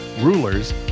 rulers